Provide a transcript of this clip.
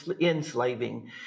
enslaving